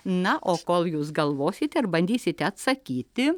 na o kol jūs galvosite ir bandysite atsakyti